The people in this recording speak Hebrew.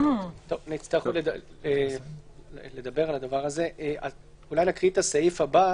אולי נקרא את הסעיף הבא,